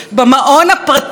ממש רצון העם.